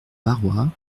barrois